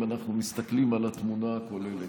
אם אנחנו מסתכלים על התמונה הכוללת.